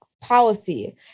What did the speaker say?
policy